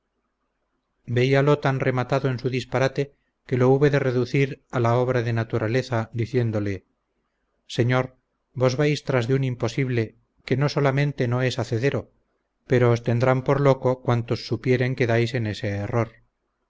quisiere veíalo tan rematado en su disparate que lo hube de reducir a la obra de naturaleza diciéndole señor vos vais tras de un imposible que no solamente no es hacedero pero os tendrán por loco cuantos supieren que dais en ese error